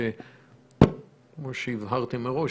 כמו שהבהרתם מראש,